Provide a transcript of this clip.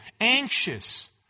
anxious